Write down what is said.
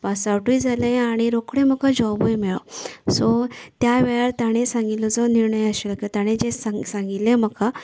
pass आउटय जालें आनी रोखडें म्हाका जॉबय मेळ्ळो सो त्या वेळार तांणी सांगिल्ले जो निर्णय आशिल्लो तांणे जे सांगिल्ले म्हाका